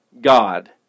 God